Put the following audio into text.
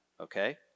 okay